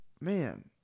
man